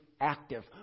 active